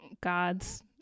God's